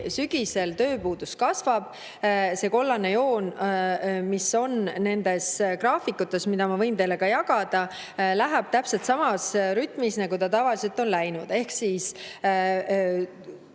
Sügisel alati tööpuudus kasvab. See kollane joon, mis on nendes graafikutes, mida ma võin teile ka jagada, läheb täpselt samas rütmis, nagu see tavaliselt on läinud. Kui